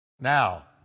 Now